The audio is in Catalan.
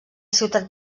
ciutat